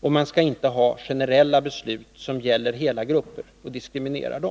Man skall inte ha generella beslut som gäller hela grupper och diskriminera dem.